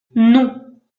non